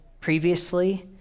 previously